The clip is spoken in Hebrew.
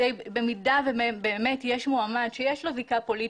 במידה ויש מועמד שיש לו זיקה פוליטית,